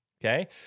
Okay